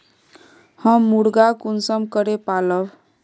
हम मुर्गा कुंसम करे पालव?